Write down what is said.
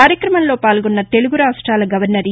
కార్యక్రమంలో పాల్గొన్న తెలుగు రాష్టాల గవర్నర్ ఇ